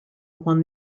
won